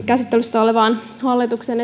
käsittelyssä oleva hallituksen